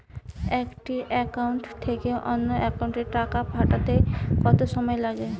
একটি একাউন্ট থেকে অন্য একাউন্টে টাকা পাঠাতে কত সময় লাগে?